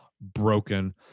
broken